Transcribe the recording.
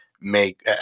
make